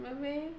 movie